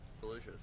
delicious